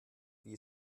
wie